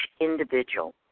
individual